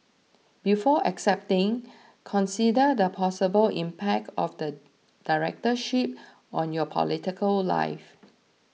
before accepting consider the possible impact of the directorship on your political life